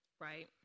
Right